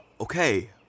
okay